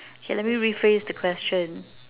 okay let me rephrase the question